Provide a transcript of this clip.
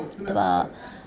अथवा